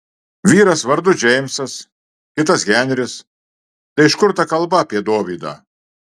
vyras vardu džeimsas kitas henris tai iš kur ta kalba apie dovydą